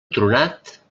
tronat